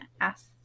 ask